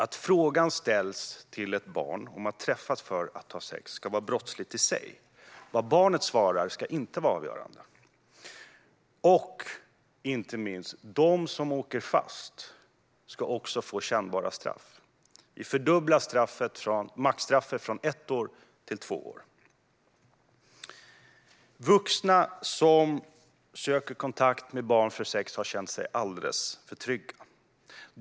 Att frågan ställs till ett barn, om att träffas för att ha sex, ska vara brottsligt i sig. Vad barnet svarar ska inte vara avgörande. De som åker fast ska också få kännbara straff. Vi fördubblar maxstraffet från ett år till två år. Vuxna som söker kontakt med barn för sex har känt sig alldeles för trygga.